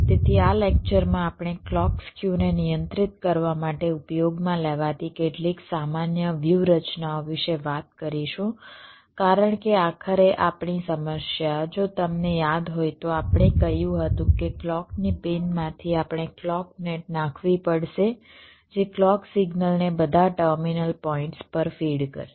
તેથી આ લેક્ચરમાં આપણે ક્લૉક સ્ક્યુ ને નિયંત્રિત કરવા માટે ઉપયોગમાં લેવાતી કેટલીક સામાન્ય વ્યૂહરચનાઓ વિશે વાત કરીશું કારણ કે આખરે આપણી સમસ્યા જો તમને યાદ હોય તો આપણે કહ્યું હતું કે ક્લૉકની પિન માંથી આપણે ક્લૉક નેટ નાખવી પડશે જે ક્લૉક સિગ્નલ ને બધા ટર્મિનલ પોઈન્ટ્સ પર ફીડ કરશે